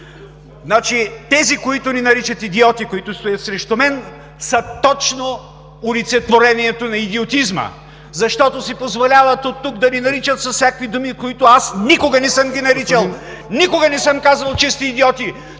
Тези, които ни наричат „идиоти“, които стоят срещу мен, са точно олицетворението на идиотизма, защото си позволяват оттук да ни наричат с всякакви думи, с които аз никога не съм ги наричал. (Реплики от ДПС.) Никога не съм казвал, че сте идиоти.